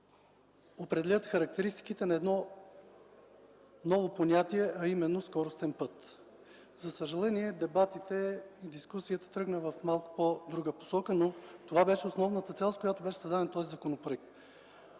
определят характеристиките на едно ново понятие, а именно „скоростен път”. За съжаление, дискусията тръгна в малко по-друга посока, но това беше основната цел, с която беше създаден този законопроект.